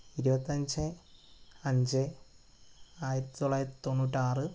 ഇരുപത്തിയഞ്ച് അഞ്ച് ആയിരത്തിത്തൊള്ളായിരത്തി തൊണ്ണൂറ്റിയാറ്